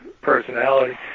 personality